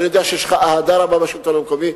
אני יודע שיש לך אהדה רבה בשלטון המקומי.